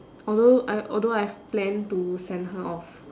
although I although I've planned to send her off